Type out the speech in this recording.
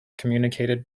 communicated